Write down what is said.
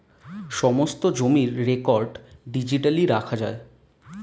সমস্ত জমির record digitally রাখা যায়